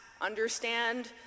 understand